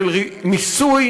של מיסוי